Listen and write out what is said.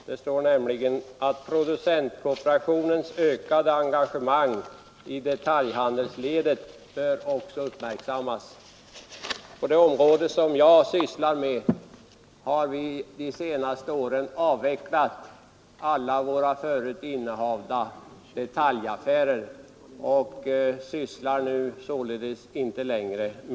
Det står nämligen att producentkooperationens ökade engagemang i detaljhandelsledet också bör uppmärksammas. Inom det område där jag är verksam har vi under de senaste åren avvecklat alla våra egna detaljaffärer.